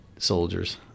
Soldiers